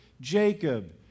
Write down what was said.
Jacob